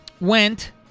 went